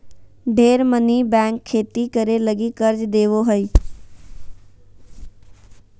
ढेर मनी बैंक खेती करे लगी कर्ज देवो हय